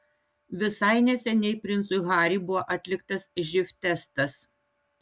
visai neseniai princui harry buvo atliktas živ testas